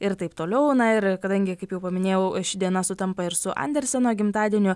ir taip toliau na ir kadangi kaip jau paminėjau ši diena sutampa ir su anderseno gimtadieniu